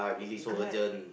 Grab